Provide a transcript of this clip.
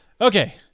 okay